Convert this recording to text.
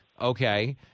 Okay